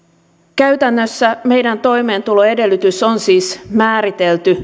käytännössä meidän toimeentuloedellytyksemme on siis määritelty